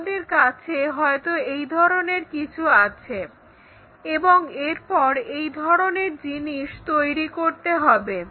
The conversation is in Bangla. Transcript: আমাদের কাছে হয়তো এই ধরনের কিছু আছে এবং এরপর এই ধরনের জিনিস তৈরি করতে হবে